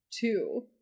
two